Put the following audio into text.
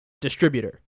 distributor